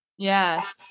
yes